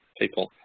people